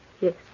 Yes